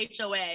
HOA